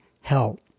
help